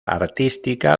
artística